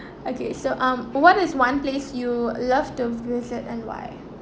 okay so um what is one place you love to visit and why